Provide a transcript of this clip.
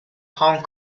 hong